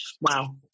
wow